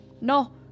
No